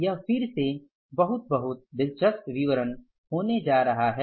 यह फिर से बहुत बहुत दिलचस्प विवरण होने जा रहा है